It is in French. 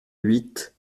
huit